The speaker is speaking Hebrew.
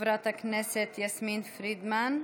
חברת הכנסת יסמין פרידמן.